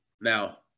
Now